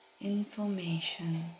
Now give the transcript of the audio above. Information